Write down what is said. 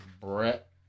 Brett